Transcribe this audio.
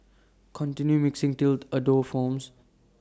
continue mixing till A dough forms